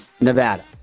nevada